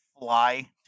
fly